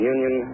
Union